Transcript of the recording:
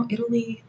Italy